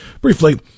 briefly